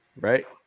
Right